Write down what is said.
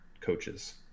coaches